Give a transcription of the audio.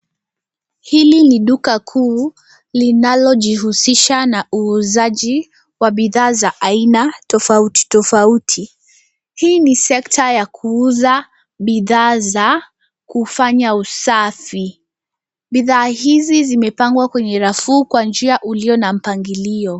Hili ni duka kuu linalojihusisha na uuzaji wa bidhaa za aina tofauti tofauti. Hii ni sekta ya kuuza bidhaa za kufanya usafi. Bidhaa hizi zimepangwa kwenye rafu kwa njia iliyo na mpangilio.